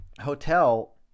hotel